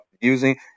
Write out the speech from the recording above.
using